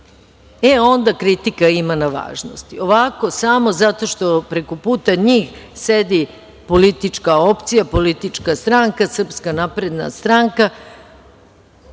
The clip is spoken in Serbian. e onda kritika ima na važnosti, ovako samo zato što preko puta njih sedi politička opcija, politička stranka, SNS, oni lamentiraju